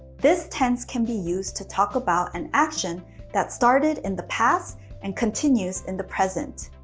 this tense can be used to talk about an action that started in the past and continues in the present.